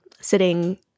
sitting